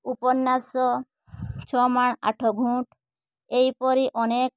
ଉପନ୍ୟାସ ଛଅମାଣ ଆଠଗୁଣ୍ଠ ଏହିପରି ଅନେକ